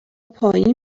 پایین